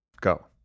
go